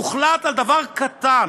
הוחלט על דבר קטן,